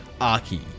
Aki